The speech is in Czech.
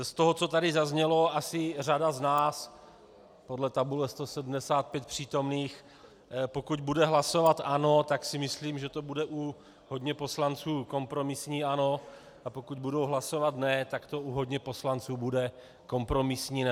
Z toho, co tady zazněl, asi řada z nás podle tabule 175 přítomných pokud bude hlasovat ano, tak si myslím, že to bude u hodně poslanců kompromisní ano, a pokud budou hlasovat ne, tak to u hodně poslanců bude kompromisní ne.